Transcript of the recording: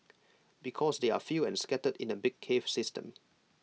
because they are few and scattered in A big cave system